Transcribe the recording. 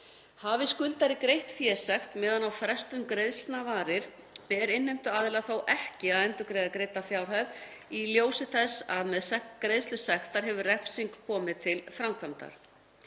Hafi skuldari greitt fésekt meðan á frestun greiðslna varir ber innheimtuaðila þó ekki að endurgreiða greidda fjárhæð í ljósi þess að með greiðslu sektar hefur refsing komið til framkvæmdar.